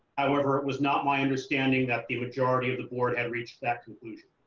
however, it was not my understanding that the majority of the board had reached that conclusion.